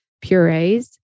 purees